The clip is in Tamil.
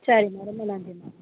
சரி மேடம் ரொம்ப நன்றி மேடம்